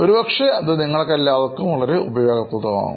ഒരുപക്ഷേ അത് നിങ്ങൾക്കു എല്ലാവർക്കും വളരെ ഉപയോഗപ്രദമാകും